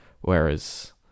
whereas